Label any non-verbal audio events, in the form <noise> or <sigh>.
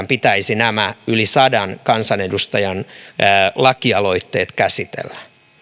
<unintelligible> pitäisi nämä yli sadan kansanedustajan lakialoitteet käsitellä